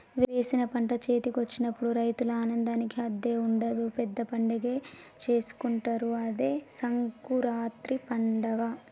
వేసిన పంట చేతికొచ్చినప్పుడు రైతుల ఆనందానికి హద్దే ఉండదు పెద్ద పండగే చేసుకుంటారు అదే సంకురాత్రి పండగ